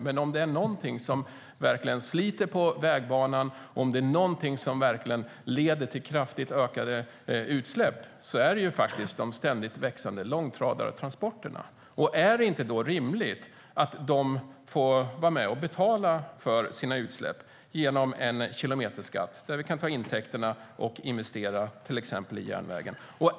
Men om det är något som verkligen sliter på vägbanan och leder till kraftigt ökade utsläpp är det faktiskt de ständigt växande långtradartransporterna. Är det då inte rimligt att de får vara med och betala för sina utsläpp genom en kilometerskatt, där vi kan ta intäkterna och investera dem i till exempel järnvägen?